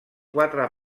quatre